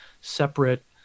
separate